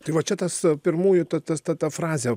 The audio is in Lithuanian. tai va čia tas e pirmųjų ta tas ta frazė